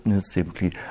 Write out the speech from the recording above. simply